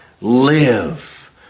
Live